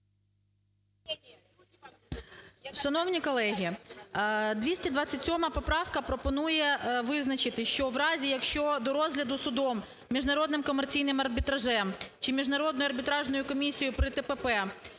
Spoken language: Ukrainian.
Шановні колеги, 227 поправка пропонує визначити, що в разі, якщо до розгляду судом Міжнародним комерційним арбітражем чи Міжнародною арбітражною комісією при ТПП